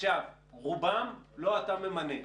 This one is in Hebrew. רובם, לא אתה ממנה,